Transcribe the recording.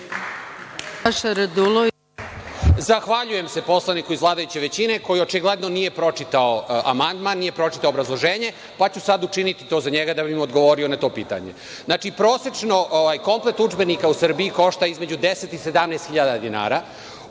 Zahvaljujem se poslaniku iz vladajuće većine, koji očigledno nije pročitao amandman, nije pročitao obrazloženje, pa ću sad učiniti to za njega da bi mu odgovorio na to pitanje. Znači, prosečno komplet udžbenika u Srbiji košta između 10 i 17 hiljada dinara,